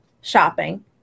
shopping